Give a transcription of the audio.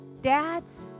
Dads